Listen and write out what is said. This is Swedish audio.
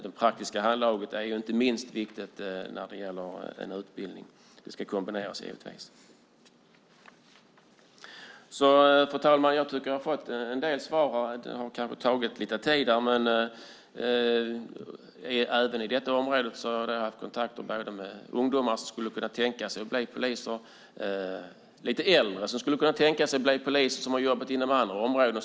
Det praktiska handlaget är inte minst viktigt när det gäller en utbildning. Det ska givetvis kombineras. Fru talman! Jag tycker att jag har fått en del svar. Det har kanske tagit lite tid. Även på detta område har jag haft kontakt med ungdomar som skulle kunna tänka sig att bli poliser. Det finns även lite äldre som kan tänka sig att bli poliser som har jobbat inom andra områden.